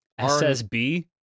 SSB